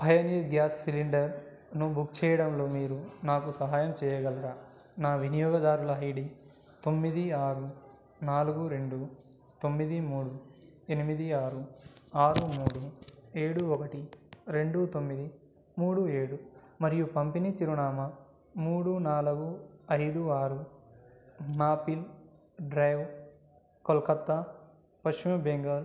Pioneer gas సిలిండర్ను book చేయడంలో మీరు నాకు సహాయం చేయగలరా నా వినియోగదారుల ఐడీ తొమ్మిది ఆరు నాలుగు రెండు తొమ్మిది మూడు ఎనిమిది ఆరు ఆరు మూడు ఏడు ఒకటి రెండు తొమ్మిది మూడు ఏడు మరియు పంపిణీ చిరునామా మూడు నాలుగు ఐదు ఆరు మాపిల్ డ్రైవ్ కోల్కత్తా పశ్చిమ బెంగాల్